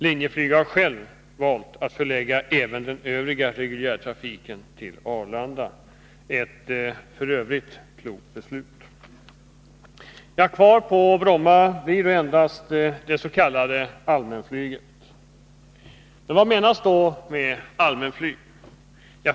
Linjeflyg har själv valt att förlägga även den övriga reguljärtrafiken till Arlanda — f. ö. ett klokt beslut. Kvar på Bromma blir då endast det s.k. allmänflyget. Vad menas då med allmänflyg?